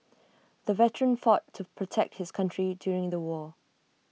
the veteran fought to protect his country during the war